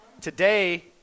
Today